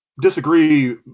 disagree